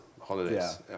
holidays